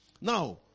now